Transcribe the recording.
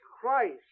Christ